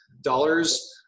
dollars